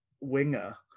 winger